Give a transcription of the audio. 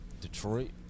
Detroit